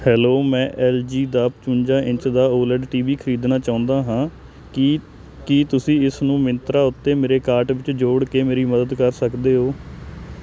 hello ਮੈਂ LG ਦਾ ਪਚਵੰਜਾ ਇੰਚ ਦਾ ਓਲਡ ਟੀਵੀ ਖਰੀਦਣਾ ਚਾਹੁੰਦਾ ਹਾਂ ਕੀ ਕੀ ਤੁਸੀਂ ਇਸ ਨੂੰ ਮਿੰਤਰਾ ਉੱਤੇ ਮੇਰੇ ਕਾਰਟ ਵਿੱਚ ਜੋੜ ਕੇ ਮੇਰੀ ਮਦਦ ਕਰ ਸਕਦੇ ਹੋ